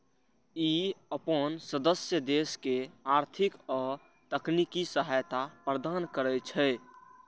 ई अपन सदस्य देश के आर्थिक आ तकनीकी सहायता प्रदान करै छै